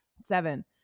Seven